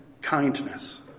kindness